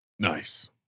Nice